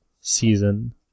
season